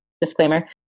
disclaimer